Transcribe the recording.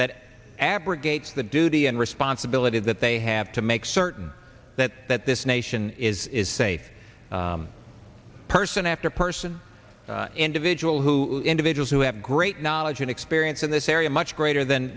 abrogates the duty and responsibility that they have to make certain that that this nation is is safe person after person individual who individuals who have great knowledge and experience in this area much greater than